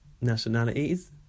nationalities